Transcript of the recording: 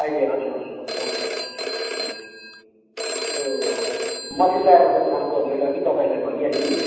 अहिले हजुर हजुर हजुर हजुर हजुर यो मेसिन लगाएर गर्ने खाले मैले अघि तपाईँलाई भनिहालेँ नि